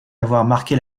marqué